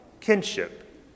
kinship